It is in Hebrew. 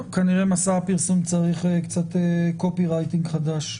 טוב, כנראה מסע הפרסום צריך קצת קופירייטינג חדש.